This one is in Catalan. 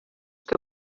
que